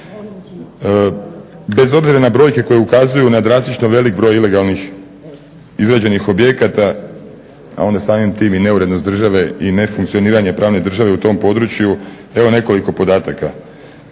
Bez obzira na brojke koje ukazuju na drastično velik broj ilegalnih izgrađenih objekata, a onda samim tim i neurednost države i nefunkcioniranje pravne države u tom području evo nekoliko podataka.